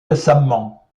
récemment